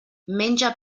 menja